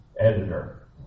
editor